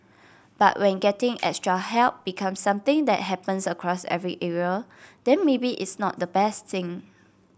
but when getting extra help becomes something that happens across every area then maybe it's not the best thing